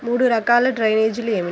మూడు రకాల డ్రైనేజీలు ఏమిటి?